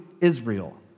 Israel